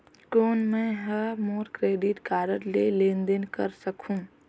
कौन मैं ह मोर क्रेडिट कारड ले लेनदेन कर सकहुं?